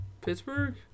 Pittsburgh